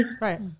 right